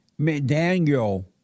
McDaniel